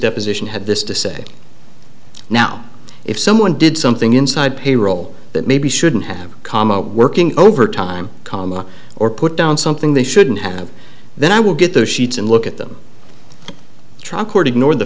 deposition had this to say now if someone did something inside payroll that maybe shouldn't have come out working overtime comma or put down something they shouldn't have then i will get those sheets and look at them